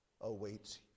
awaits